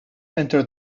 entered